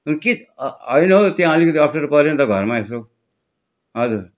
लु के होइन हौ त्यहाँ अलिकति अप्ठ्यारो पऱ्यो नि त घरमा यसो हजुर